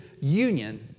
union